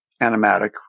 animatic